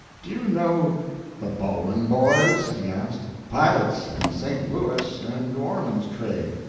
do you know the bowen boys? he asked, pilots in the st. louis and new orleans trade?